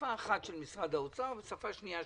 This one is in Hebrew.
למשרד האוצר יש שפה אחת,